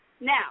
Now